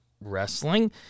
wrestling